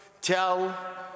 tell